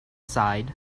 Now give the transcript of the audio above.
sighed